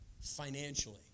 financially